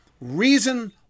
reason